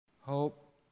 hope